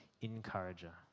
encourager